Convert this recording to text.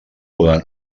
poden